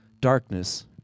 Darkness